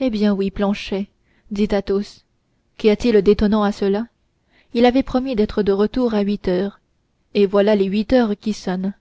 eh bien oui planchet dit athos qu'y a-t-il d'étonnant à cela il avait promis d'être de retour à huit heures et voilà les huit heures qui sonnent